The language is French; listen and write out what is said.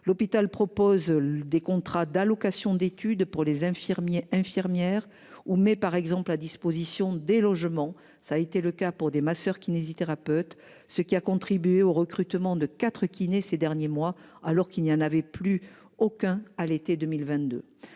L'hôpital propose des contrats d'allocation d'études pour les infirmiers, infirmières ou mais par exemple à disposition des logements. Ça a été le cas pour des masseurs kinésithérapeutes. Ce qui a contribué au recrutement de 4 kiné ces derniers mois alors qu'il n'y en avait plus aucun à l'été 2022.